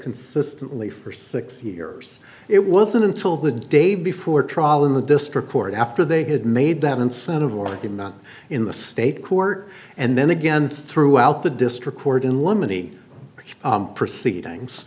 consistently for six years it wasn't until the day before trial in the district court after they had made that incentive or argument in the state court and then again throughout the district court in one many proceedings